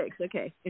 okay